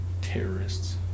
terrorists